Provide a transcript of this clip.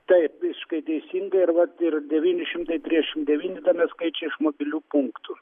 taip visiškai teisingai ir vat ir devyni šimtai trisdešimt devyni tame skaičiuj iš mobilių punktų